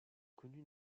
connu